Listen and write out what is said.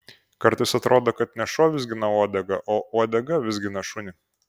kartais atrodo kad ne šuo vizgina uodegą o uodega vizgina šunį